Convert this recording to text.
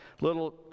little